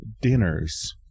dinners